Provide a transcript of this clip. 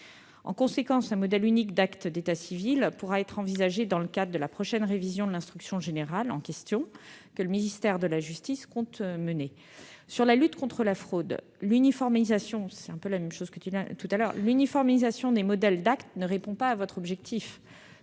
En conséquence, un modèle unique d'acte d'état civil pourra être envisagé dans le cadre de la prochaine révision de l'instruction générale en question que le ministère de la justice compte mener. En ce qui concerne la lutte contre la fraude, l'uniformisation des modèles d'acte ne répond pas à votre objectif.